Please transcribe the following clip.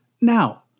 Now